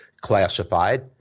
classified